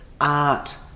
art